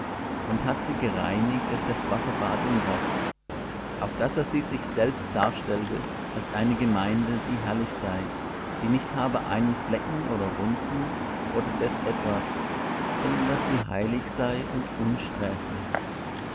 und hat sie gereinigt durch das wasserbad im wort auf daß er sie sich selbst darstellte als eine gemeinde die herrlich sei die nicht habe einen flecken oder runzel oder des etwas sondern daß sie heilig sei und